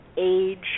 age